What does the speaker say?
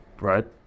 Right